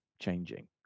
changing